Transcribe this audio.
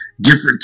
different